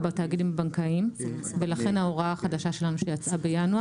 בתאגידים בנקאיים ולכן ההוראה החדשה שלנו שיצאה בינואר.